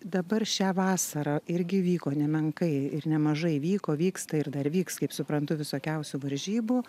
dabar šią vasarą irgi vyko nemenkai ir nemažai vyko vyksta ir dar vyks kaip suprantu visokiausių varžybų